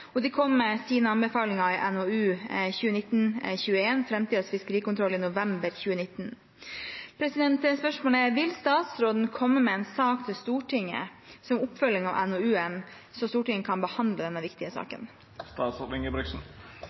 og de kom med sine anbefalinger i NOU 2019: 21 Framtidens fiskerikontroll i november 2019. Vil statsråden komme med en sak til Stortinget som oppfølging av NOU-en, så Stortinget kan behandle denne viktige saken?»